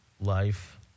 life